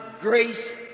grace